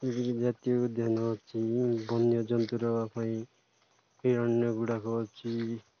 ଏପିକି ଜାତୀୟ ଧ୍ୟାନ ଅଛି ବନ୍ୟ ଜନ୍ତୁୁର ପାଇଁ ହିରଣ୍ୟ ଗୁଡ଼ାକ ଅଛି